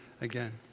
again